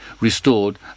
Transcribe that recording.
restored